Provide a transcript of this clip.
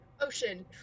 Ocean